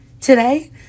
Today